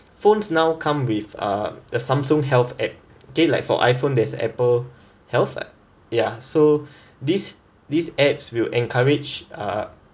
phones now come with uh the samsung health app daylight for iphone there's apple health ah ya so these these apps will encourage uh